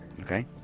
Okay